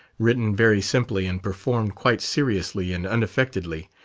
written very simply and performed quite seriously and unaffectedly.